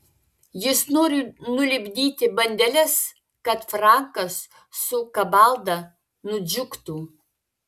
jis nori nulipdyti bandeles kad frankas su kabalda nudžiugtų